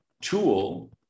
tool